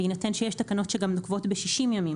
בהינתן שיש תקנות שגם נוקבות ב-60 ימים